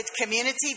community